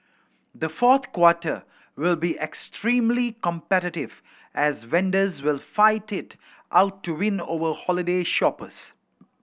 the fourth quarter will be extremely competitive as vendors will fight it out to win over holiday shoppers